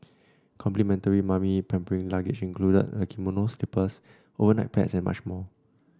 complimentary mummy pampering luggage including a kimono slippers overnight pads and much more